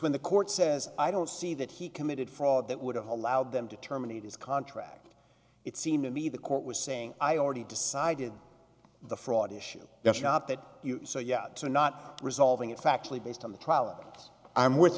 when the court says i don't see that he committed fraud that would have allowed them to terminate his contract it seemed to me the court was saying i already decided the fraud issue the shot that you saw yet not resolving it factually based on the trollops i'm w